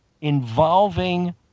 involving